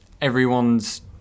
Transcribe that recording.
everyone's